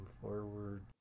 forward